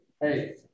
hey